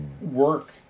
work